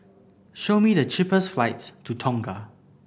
show me the cheapest flights to Tonga